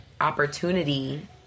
opportunity